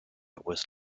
was